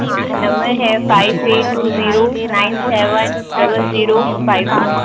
हाँ नंबर है five eight two zero nine seven double zero five three